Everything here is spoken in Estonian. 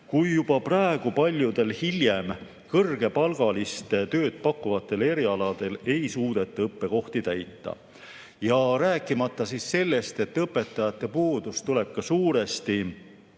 kui juba praegu paljudel hiljem kõrgepalgalist tööd pakkuvatel erialadel ei suudeta õppekohti täita. Rääkimata sellest, et õpetajate puudus tuleb suuresti